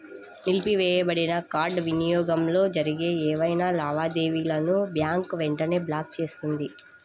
నిలిపివేయబడిన కార్డ్ వినియోగంతో జరిగే ఏవైనా లావాదేవీలను బ్యాంక్ వెంటనే బ్లాక్ చేస్తుంది